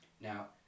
Now